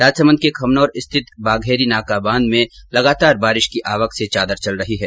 राजसमंद के खमनोर स्थित बाघेरीनाका बांध में लगातार बारिश की आवक से चादर चल रही है